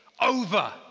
over